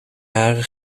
haren